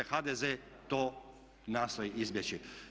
HDZ to nastoji izbjeći.